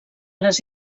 les